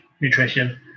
nutrition